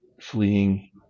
fleeing